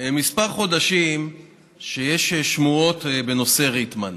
כמה חודשים שיש שמועות בנושא ריטמן,